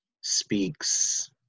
speaks